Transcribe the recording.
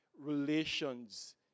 relations